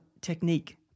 technique